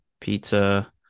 pizza